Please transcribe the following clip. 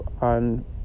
on